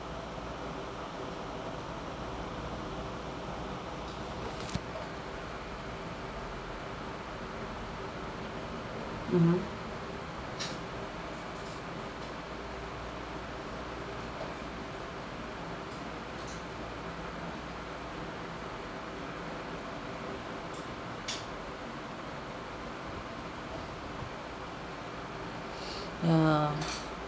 mmhmm ya